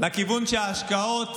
לכיוון שבו ההשקעות